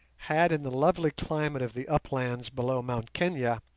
had in the lovely climate of the uplands below mt kenia,